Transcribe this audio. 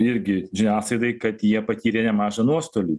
irgi žiniasklaidai kad jie patyrė nemažą nuostolį